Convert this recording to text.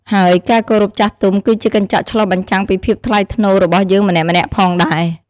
ហើយការគោរពចាស់ទុំគឺជាកញ្ចក់ឆ្លុះបញ្ចាំងពីភាពថ្លៃថ្នូររបស់យើងម្នាក់ៗផងដែរ។